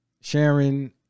Sharon